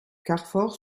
carfor